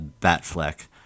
Batfleck